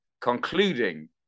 concluding